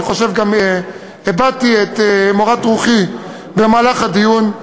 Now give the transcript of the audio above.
אני חושב שגם הבעתי את מורת רוחי במהלך הדיון,